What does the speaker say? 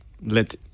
let